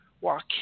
walk